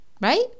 right